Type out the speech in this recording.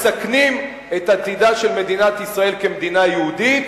מסכנים את עתידה של מדינת ישראל כמדינה יהודית